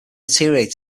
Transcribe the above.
deteriorated